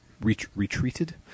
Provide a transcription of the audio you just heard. Retreated